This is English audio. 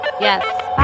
yes